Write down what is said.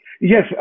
Yes